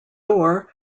door